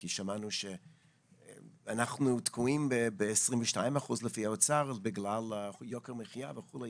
כי שמענו שאנחנו תקועים ב-22 אחוזים לפי האוצר בגלל יוקר המחייה וכולי,